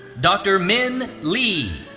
dr. min li.